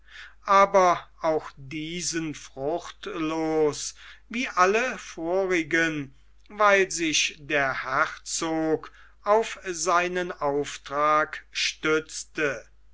aber auch diesen fruchtlos wie alle vorigen weil sich der herzog auf seinen auftrag stützte